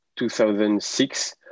2006